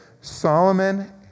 Solomon